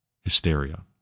hysteria